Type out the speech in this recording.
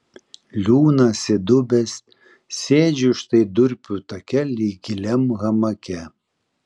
liūnas įdubęs sėdžiu štai durpių take lyg giliam hamake